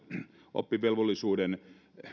oppivelvollisuuden